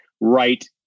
right